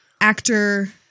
actor